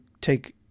take